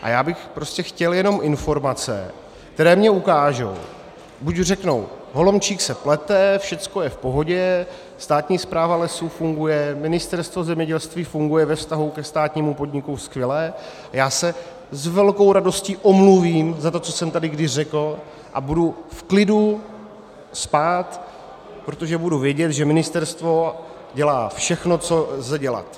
A já bych prostě chtěl jenom informace, které mi ukážou buď řeknou Holomčík se plete, všechno je v pohodě, státní správa lesů funguje, Ministerstvo zemědělství funguje ve vztahu ke státnímu podniku skvěle, a já se s velkou radostí omluvím za to, co jsem tady kdy řekl, a budu v klidu spát, protože budu vědět, že ministerstvo dělá všechno, co lze dělat.